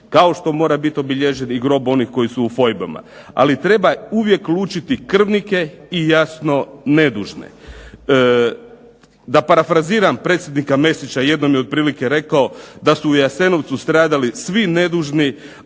kao što mora bit obilježen i grob onih koji su u fojbama. Ali treba uvijek lučiti krvnike i jasno nedužne. Da parafraziram predsjednika Mesića, jednom je otprilike rekao da su u Jasenovcu stradali svi nedužni,